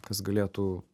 kas galėtų